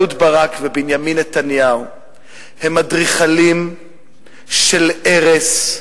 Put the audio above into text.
הם אדריכלים של הרס,